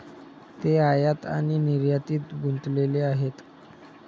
ते आयात आणि निर्यातीत गुंतलेले आहेत